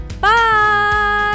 Bye